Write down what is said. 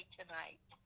tonight